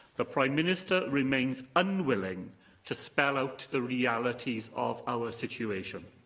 the prime minister remains unwilling to spell out the realities of our situation.